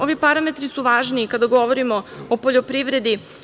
Ovi parametri su važni i kada govorimo o poljoprivredi.